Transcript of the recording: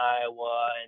Iowa